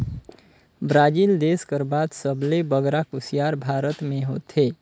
Brazil देस कर बाद सबले बगरा कुसियार भारत में होथे